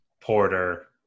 Porter